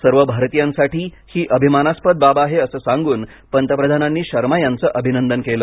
सर्व भारतीयांसाठी ही अभिमानास्पद बाब आहे असं सांगून पंतप्रधानांनी शर्मा यांचं अभिनंदन केलं